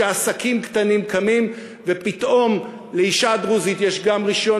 שעסקים קטנים קמים ופתאום לאישה דרוזית יש גם רישיון